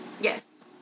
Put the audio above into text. Yes